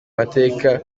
mateka